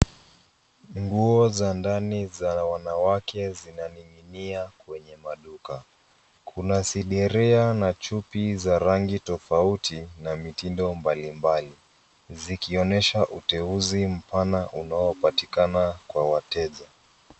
Nguo za ndani za wanawake zinaning'inia kwenye maduka. Kuna sidiria na chupi za rangi tofauti na mitindo mbalimbali zikionyesha uteuzi mpana unaopatikana kwa wateja.